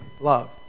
love